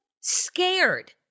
scared